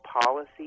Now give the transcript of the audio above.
policy